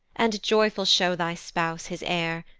and joyful show thy spouse his heir,